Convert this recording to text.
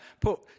put